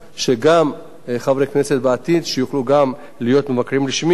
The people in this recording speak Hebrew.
שבעתיד גם חברי כנסת יוכלו להיות מבקרים רשמיים,